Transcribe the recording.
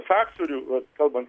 faktorių kalbant